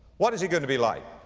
what is he going to be like?